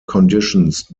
conditions